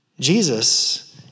Jesus